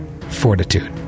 Fortitude